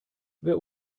wer